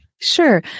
Sure